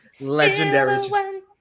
legendary